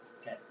Okay